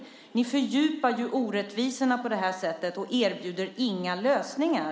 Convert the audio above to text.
Ni fördjupar ju orättvisorna på det här sättet, men erbjuder inga lösningar.